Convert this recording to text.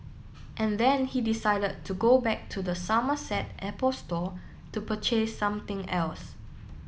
and then he decided to go back to the Somerset Apple Store to purchase something else